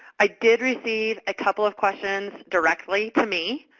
i did receive a couple of questions directly to me.